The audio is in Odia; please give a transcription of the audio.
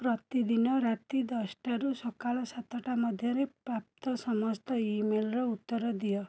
ପ୍ରତିଦିନ ରାତି ଦଶଟାରୁ ସକାଳ ସାତଟା ମଧ୍ୟରେ ପ୍ରାପ୍ତ ସମସ୍ତ ଇମେଲ୍ର ଉତ୍ତର ଦିଅ